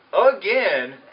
Again